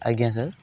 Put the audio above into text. ଆଜ୍ଞା ସାର୍